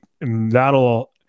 that'll